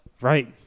Right